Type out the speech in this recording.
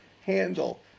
Handle